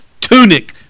tunic